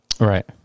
Right